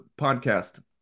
podcast